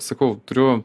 sakau turiu